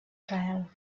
israel